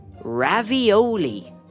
ravioli